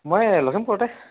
মই লখিমপুৰতে